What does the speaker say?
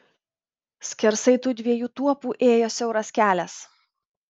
skersai tų dviejų tuopų ėjo siauras kelias